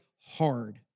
hard